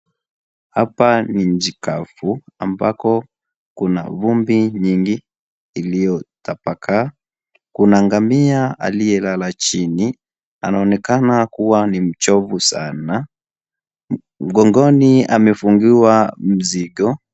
Hapa ni nchi kavu ambako kuna vumbi nyingi iliyotapakaa. Kuna ngamia aliyelala chini, anaonekana kuwa ni mchovu sana. Mgongoni amefungiwa mzigo.